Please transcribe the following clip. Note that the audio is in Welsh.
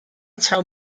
taw